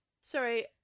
Sorry